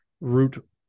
Root